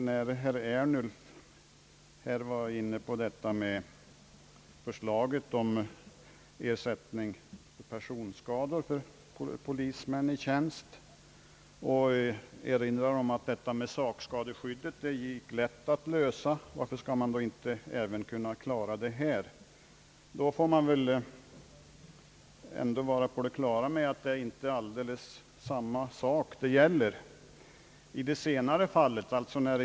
Herr Ernulf var inne på förslaget om att ge ersättning för personskada till polismän i tjänst och erinrade om att det gick lätt att lösa frågan om sakskadeskyddet. Varför skall man då inte kunna ordna också detta med personskadorna, frågade han. Jag vill då framhålla att vi måste vara på det klara med att det inte gäller alldeles samma sak.